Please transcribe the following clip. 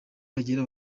bagira